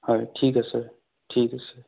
হয় ঠিক আছে ঠিক আছে